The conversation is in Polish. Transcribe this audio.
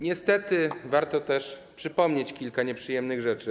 Niestety trzeba też przypomnieć kilka nieprzyjemnych rzeczy.